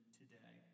today